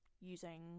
using